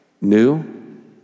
new